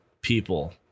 people